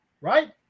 right